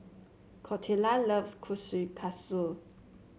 Clotilda loves Kushikatsu